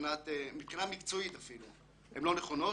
שבחינה מקצועית אפילו הן לא נכונות,